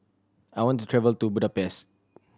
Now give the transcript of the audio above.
I want to travel to Budapest